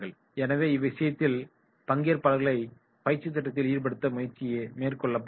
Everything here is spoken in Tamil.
எனவே இவ்விஷயத்தில் பங்கேற்பாளர்களை பயிற்சி திட்டத்தில் ஈடுபடுத்த முயற்சிகள் மேற்கொள்ளப்படலாம்